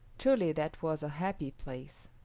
truly that was a happy place.